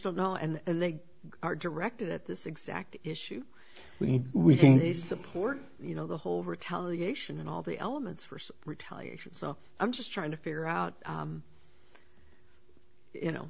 don't know and they are directed at this exact issue we need we think they support you know the whole retaliation and all the elements for retaliation so i'm just trying to figure out you know